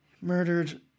Murdered